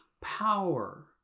power